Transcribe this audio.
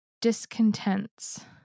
Discontents